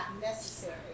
necessary